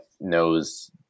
knows